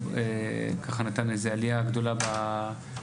ככה נתן איזו עלייה גדולה בבינוי,